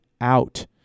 out